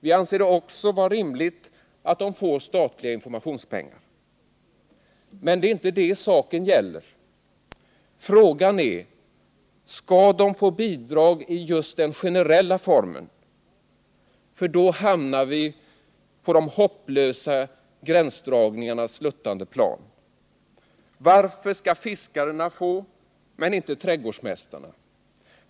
Vi anser det också vara rimligt att de får statliga informationspengar. Men det är inte det saken gäller. Frågan är: Skall de få bidrag i just den generella formen? Då hamnar vi på de hopplösa gränsdragningarnas sluttande plan: Varför skall fiskarena få men inte trädgårdsmästarna?